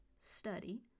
study